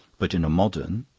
but in a modern?